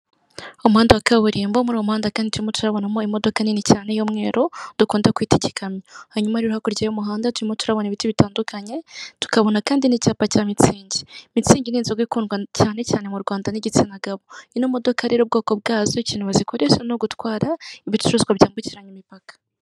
Umuhanda wa kaburimbo, muri umuhanda kandi turimo turabonamo imodoka nini cyane y'umweru dukunda kwita igikamyo, hanyuma rero hakurya y'umuhanda turimo turabona ibiti bitandukanye tukabona kandi n'icyapa cya mitsingi, imitsingi ni inzoga ikundwa cyane cyane mu Rwanda n'igitsina gabo, ino modoka rero ubwoko bwazo ikintu bazikoresha ni ugutwara ibicuruzwa byambukiranya imipaka.